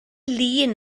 lŷn